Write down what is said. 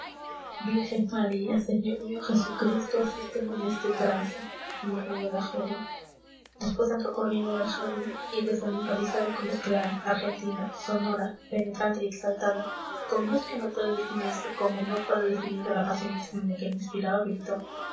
virgen maría señor mío jesucristo asísteme en este trance murmuró la joven después entró corriendo en el jardín y desde la empalizada y con voz clara argentina sonora penetrante y exaltada con voz que no puede definirse como no puede definirse la pasión extraña que la inspiraba gritó